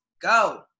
go